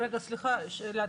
שאלה.